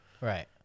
Right